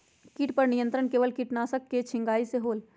किट पर नियंत्रण केवल किटनाशक के छिंगहाई से होल?